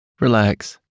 relax